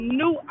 new